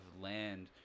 land